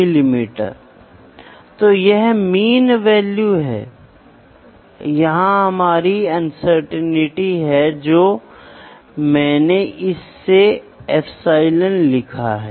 माप भी वाणिज्य का पक्षपाती है क्योंकि प्रोडक्ट की cost material power time labour और अन्य बाधाओं की मात्रा के आधार पर स्थापित की जाती है